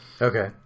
Okay